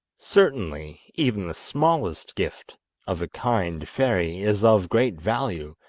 certainly even the smallest gift of a kind fairy is of great value,